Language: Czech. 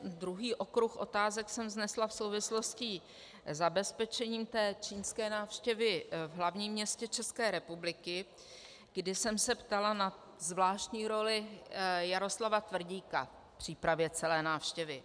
Druhý okruh otázek jsem vznesla v souvislosti se zabezpečením té čínské návštěvy v hlavním městě České republiky, kdy jsem se ptala na zvláštní roli Jaroslava Tvrdíka v přípravě celé návštěvy.